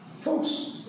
Folks